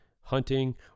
hunting